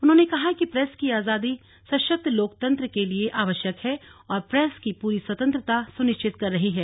उन्होंने कहा कि प्रेस की आजादी सशक्त् लोकतंत्र के लिए आवश्यक है और सरकार प्रेस की पूरी स्वतंत्रता सुनिश्चित कर रही है